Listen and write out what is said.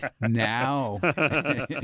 Now